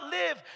live